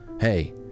hey